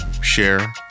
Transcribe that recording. Share